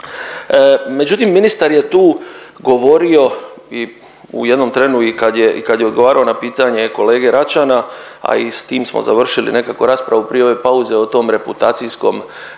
Međutim ministar je tu govorio i u jednom trenu i kad je i kad je odgovarao na pitanje kolege Račana, a i s tim smo završili nekako raspravu prije ove pauze o tom reputacijskom